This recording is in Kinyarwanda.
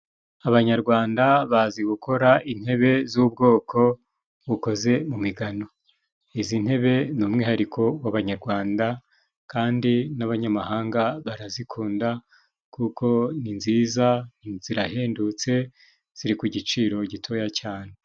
Abanyarwanda bazi gukora intebe z'ubwoko bukoze mu migano, izi ntebe ni umwihariko w'abanyagwanda kandi n'abanyamahanga barazikunda kuko ni nziza zirahendutse ziri ku giciro gitoya cyane.